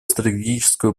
стратегическую